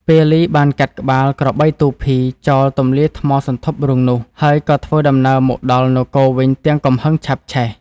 ពាលីបានកាត់ក្បាលក្របីទូភី ចោលទំលាយថ្មសន្ធប់រូងនោះហើយក៏ធ្វើដំណើរមកដល់ នគរវិញទាំងកំហឹងឆាបឆេះ។